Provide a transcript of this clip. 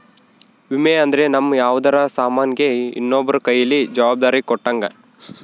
ವಿಮೆ ಅಂದ್ರ ನಮ್ ಯಾವ್ದರ ಸಾಮನ್ ಗೆ ಇನ್ನೊಬ್ರ ಕೈಯಲ್ಲಿ ಜವಾಬ್ದಾರಿ ಕೊಟ್ಟಂಗ